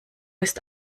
ist